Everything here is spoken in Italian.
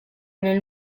nel